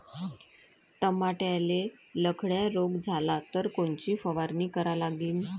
टमाट्याले लखड्या रोग झाला तर कोनची फवारणी करा लागीन?